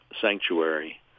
sanctuary